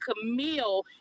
Camille